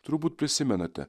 turbūt prisimenate